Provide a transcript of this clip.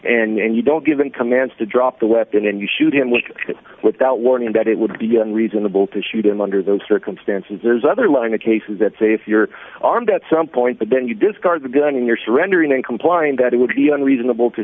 ground and you don't give in commands to drop the weapon and you shoot him with it without warning that it would be reasonable to shoot him under those circumstances there's other line of cases that say if you're armed at some point but then you discard the gun in your surrendering and complying that it would be unreasonable to